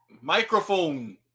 Microphone